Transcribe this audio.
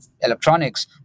electronics